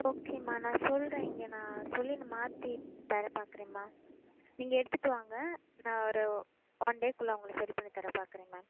ஓகேம்மா நான் சொல்கிறேன் இங்கே நான் சொல்லி மாற்றி தர பார்க்குறேன்மா நீங்கள் எடுத்துகிட்டு வாங்க நான் ஒரு ஒன் டேக்குள்ளே உங்களுக்கு சரி பண்ணி தர பார்க்குறேன் மேம்